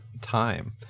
time